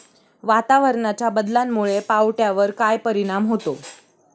वातावरणाच्या बदलामुळे पावट्यावर काय परिणाम होतो?